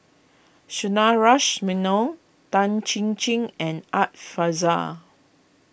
Sundaresh Menon Tan Chin Chin and Art Fazil